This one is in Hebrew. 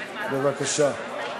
בבקשה.